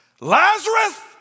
Lazarus